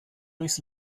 durchs